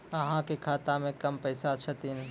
अहाँ के खाता मे कम पैसा छथिन?